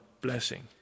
blessing